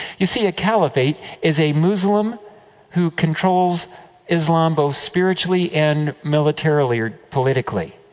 you see, a caliphate is a muslim who controls islam both spiritually and militarily, or politically.